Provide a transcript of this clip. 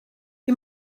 die